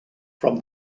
from